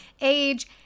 Age